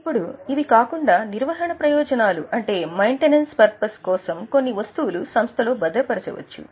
ఇప్పుడు ఇవి కాకుండా నిర్వహణ ప్రయోజనాల కోసం కొన్ని వస్తువులు సంస్థలో భద్రపరచవచ్చు